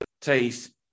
taste